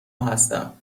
هستم